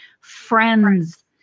friends